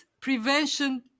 prevention